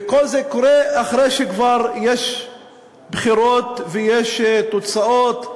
כל זה קורה אחרי שכבר יש בחירות ויש תוצאות.